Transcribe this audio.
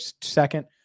second